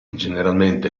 generalmente